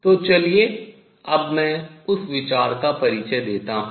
तो चलिए अब मैं उस विचार का परिचय देता हूँ